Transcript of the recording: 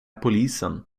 polisen